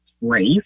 race